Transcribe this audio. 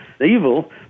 evil